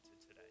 today